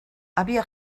había